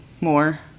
more